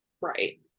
Right